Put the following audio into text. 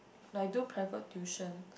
like do private tuition